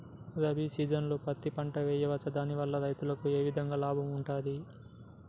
రబీ సీజన్లో పత్తి పంటలు వేయచ్చా దాని వల్ల రైతులకు ఏ విధంగా లాభం ఉంటది?